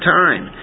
time